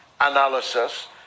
analysis